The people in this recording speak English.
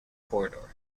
corridor